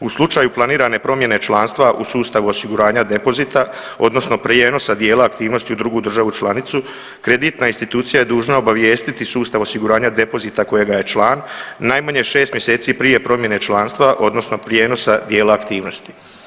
U slučaju planirane promjene članstva u sustavu osiguranja depozita odnosno prijenosa dijela aktivnosti u drugu državu članicu, kreditna institucija je dužna obavijestiti sustav osiguranja depozita kojega je član najmanje šest mjeseci prije promjene članstva odnosno prijenosa dijela aktivnosti.